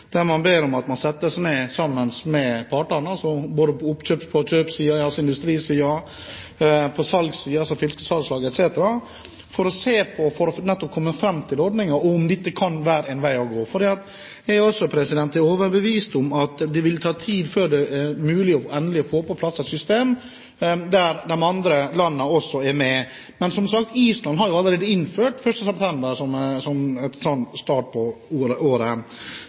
der vi ber om at regjeringen setter seg ned sammen med partene – både på fisker- og kjøpersiden, på industrisiden og på salgssiden, altså fiskesalgslag etc. – for nettopp å komme fram til ordninger her, ordninger som kan være en vei å gå. Jeg er også overbevist om at det vil ta tid før det er mulig endelig å få på plass et system der de andre landene også er med. Men, som sagt, Island har allerede innført 1. september som start på året.